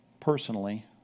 personally